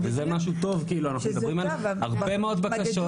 זה משהו טוב, אנחנו מדברים על הרבה מאוד בקשות.